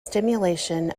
stimulation